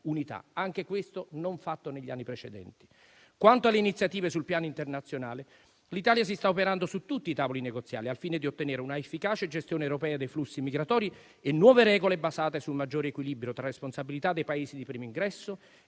unità. Anche questo non è stato fatto negli anni precedenti. Quanto alle iniziative sul piano internazionale, l'Italia si sta adoperando su tutti i tavoli negoziali al fine di ottenere una efficace gestione europea dei flussi migratori e nuove regole basate su maggiore equilibrio tra responsabilità dei Paesi di primo ingresso